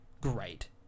great